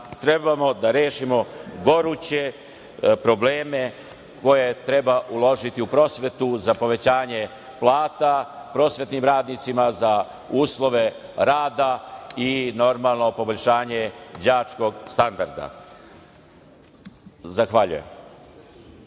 trebamo da rešimo goruće probleme koje treba uložiti u prosvetu za povećanje plata prosvetnim radnicima, za uslove rada i normalno poboljšanje đačkog standarda? Zahvaljujem